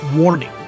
Warning